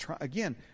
again